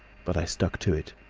but i stuck to it.